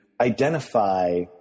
identify